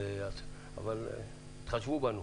אבל תתחשבו בנו,